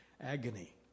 agony